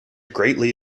greatly